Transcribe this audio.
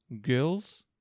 girls